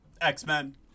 X-Men